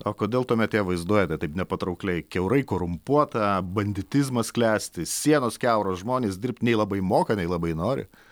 o kodėl tuomet ją vaizduojate taip nepatraukliai kiaurai korumpuota banditizmas klesti sienos kiauros žmonės dirbt nei labai moka nei labai nori